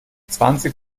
zwanzig